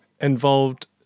involved